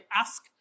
ask